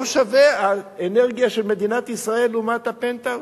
לא שווה האנרגיה של מדינת ישראל לעומת הפנטהאוז?